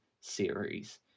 series